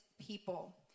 people